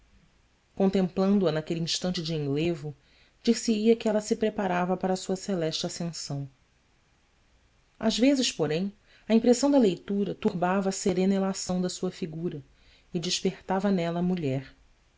terra contemplando a naquele instante de enlevo dir-se-ia que ela se preparava para sua celeste ascensão às vezes porém a impressão da leitura turbava a serena elação da sua figura e despertava nela a mulher